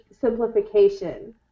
simplification